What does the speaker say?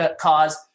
cause